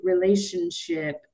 relationship